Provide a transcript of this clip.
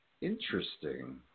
Interesting